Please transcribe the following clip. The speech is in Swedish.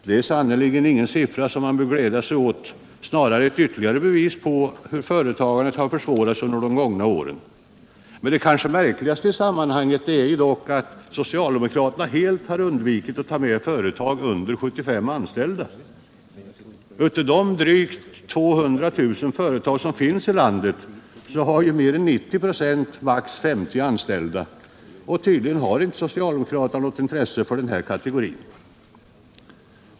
Det är sannerligen ingen siffra som man bör glädja sig åt, utan det är snarare ytterligare ett bevis på hur företagandet har försvårats under de gångna åren. Det kanske märkligaste i sammanhanget är dock att socialdemokraterna helt undvikit att ta med företag med mindre än 75 anställda. Av de drygt 200 000 företag som finns i landet har mer än 90 96 maximalt 50 anställda. Tydligen har socialdemokraterna inte något intresse för den kategorin.